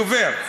בדובר.